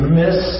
miss